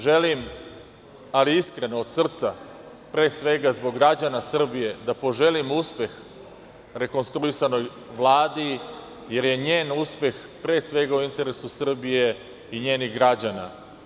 Na kraju, želim iskreno i od srca, pre svega zbog građana Srbije, da poželim uspeh rekonstruisanoj Vladi jer je njen uspeh pre svega u interesu Srbije i njenih građana.